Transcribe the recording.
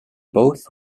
both